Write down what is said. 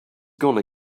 gonna